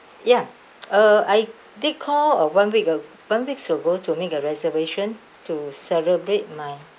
ya uh I did call uh one week ag~ one weeks ago to make a reservation to celebrate my